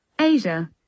Asia